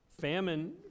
Famine